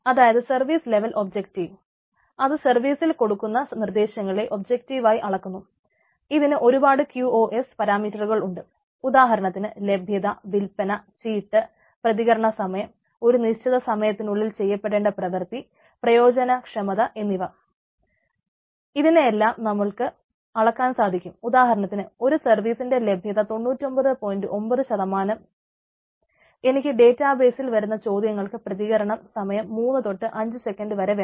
അതായത് service level objectives വരുന്ന ചോദ്യങ്ങളുടെ പ്രതികരണ സമയം മൂന്നു തൊട്ട് അഞ്ച് സെക്കൻഡ് വരെ വേണം